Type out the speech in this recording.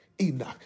Enoch